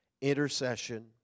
intercession